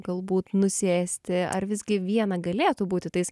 galbūt nusėsti ar visgi viena galėtų būti tais